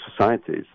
societies